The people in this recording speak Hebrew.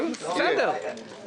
חבל להזמין מה שלא נדרש.